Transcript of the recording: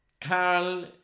Carl